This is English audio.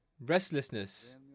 restlessness